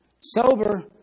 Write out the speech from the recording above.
Sober